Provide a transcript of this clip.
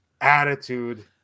attitude